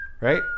Right